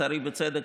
לצערי בצדק,